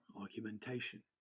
argumentation